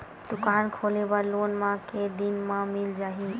दुकान खोले बर लोन मा के दिन मा मिल जाही?